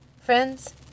Friends